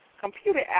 computer